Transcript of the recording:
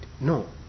No